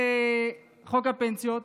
חוק הפנסיות.